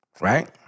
right